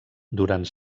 durant